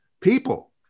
people